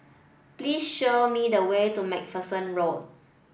please show me the way to MacPherson Road